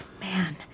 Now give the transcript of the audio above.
man